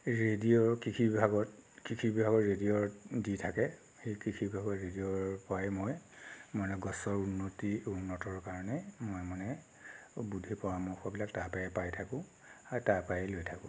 ৰেডিঅ'ৰ কৃষি বিভাগত কৃষি বিভাগৰ ৰেডিঅ'ত দি থাকে সেই কৃষি বিভাগৰ ৰেডিঅ'ৰ পৰাই মই মানে গছৰ উন্নতি উন্নতৰ কাৰণে মই মানে বুদ্ধি পৰামৰ্শবিলাক তাৰ পৰাই পাই থাকোঁ আৰু তাৰ পৰাই লৈ থাকোঁ